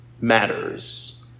matters